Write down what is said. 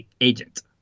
agent